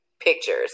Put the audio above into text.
Pictures